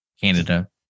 Canada